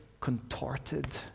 contorted